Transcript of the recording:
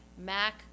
Mac